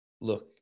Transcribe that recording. look